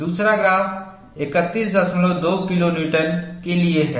दूसरा graph 312 KN के लिए है